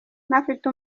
ntafite